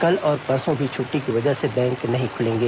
कल और परसों भी छुट्टी की वजह से बैंक नहीं खुलेंगे